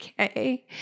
okay